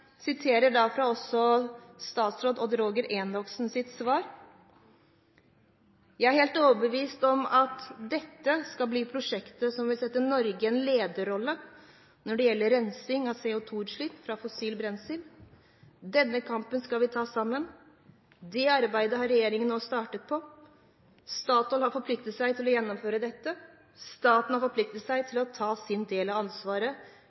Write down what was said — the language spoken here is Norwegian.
statsråd Odd Roger Enoksens svar: «Jeg er helt overbevist om at dette skal bli et prosjekt som vil sette Norge i en lederrolle når det gjelder å rense CO2-utslipp fra fossile brensler. Den kampen skal vi ta sammen. Det arbeidet har Regjeringen nå startet på, og Statoil har forpliktet seg til å gjennomføre dette. Staten har forpliktet seg til å ta sin del av ansvaret